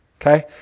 Okay